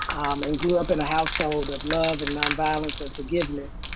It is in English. and grew up in a household of love and nonviolence and forgiveness,